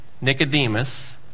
Nicodemus